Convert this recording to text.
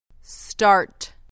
Start